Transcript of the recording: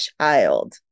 child